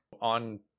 On